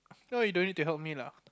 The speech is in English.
no you don't need to help me lah